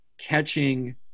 catching